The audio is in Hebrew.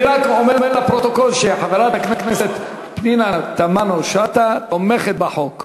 אני רק אומר לפרוטוקול שחברת הכנסת פנינה תמנו-שטה תומכת בחוק.